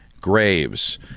Graves